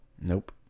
nope